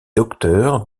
docteur